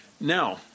Now